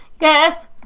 Yes